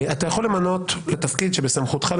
אתה יכול למנות לתפקיד שבסמכותך,